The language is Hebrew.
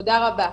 תודה רבה.